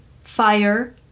Fire